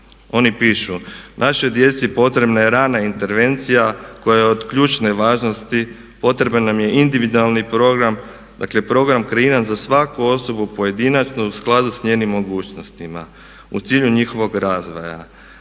Oni pišu, našoj djeci potrebna je rana intervencija koja je od ključne važnosti, potreban nam je individualni program. Dakle, program kreiran za svaku osobu pojedinačno u skladu s njenim mogućnostima u cilju njihovog razvoja